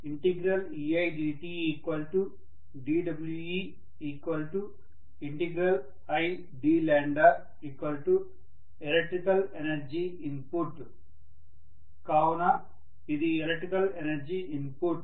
eidt dWeid electrical energy input కావున ఇది electrical energy input